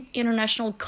international